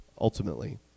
ultimately